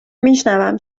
میشونم